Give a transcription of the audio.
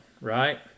right